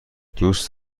دوست